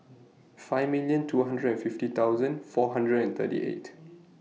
five million two hundred and fifty thousand four hundred and thirty eight